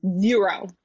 zero